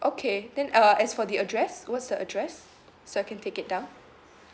okay then uh as for the address what's the address so I can take it down